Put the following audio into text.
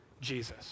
Jesus